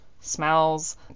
smells